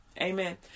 Amen